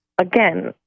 again